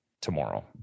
tomorrow